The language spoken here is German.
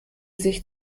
sich